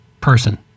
person